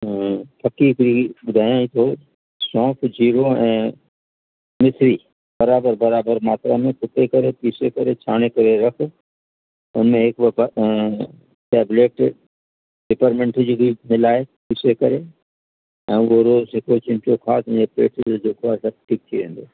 फकी तई ॿुधायां थो सौंफ जीरो ऐं मिसिरी बराबरि बराबरि मात्रा में कुटे करे पीसे करे छाणे करे रख हुन में हिकु ॿ टेबलेट पिपरमेंट जी बि मिलाए पीसे करे ऐं उहो रोज़ु हिकु चमिचो खा तुंहिंजे पेट जो जेको आहे सभु ठीक थी वेंदो